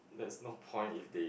there is no point if they